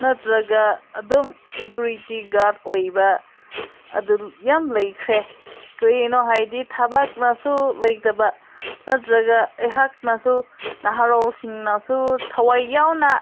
ꯅꯠꯇ꯭ꯔꯒ ꯑꯗꯨꯝ ꯁꯦꯀꯨꯔꯤꯇꯤ ꯒꯥꯠ ꯑꯣꯏꯕ ꯑꯗꯨ ꯌꯥꯝ ꯂꯩꯈ꯭ꯔꯦ ꯀꯔꯤꯒꯤꯅꯣ ꯍꯥꯏꯗꯤ ꯊꯕꯛꯅꯁꯨ ꯂꯩꯇꯕ ꯅꯠꯇ꯭ꯔꯒ ꯑꯩꯍꯥꯛꯅꯁꯨ ꯅꯍꯥꯔꯣꯜꯁꯤꯡꯅꯁꯨ ꯊꯋꯥꯏ ꯌꯥꯎꯅ